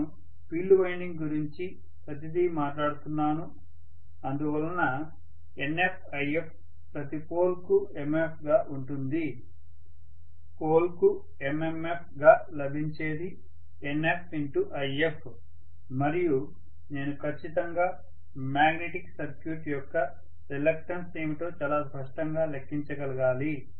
నేను field winding గురించి ప్రతిదీ మాట్లాడుతున్నాను అందువలన NfIf ప్రతి పోల్ కు MMF గా ఉంటుంది పోల్ కు MMF గా లభించేది NfIf మరియు నేను ఖచ్చితంగా మాగ్నెటిక్ సర్క్యూట్ యొక్క రిలక్టన్స్ ఏమిటో చాలా స్పష్టంగా లెక్కించగలగాలి